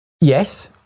Yes